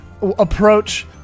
approach